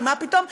כי מה פתאום?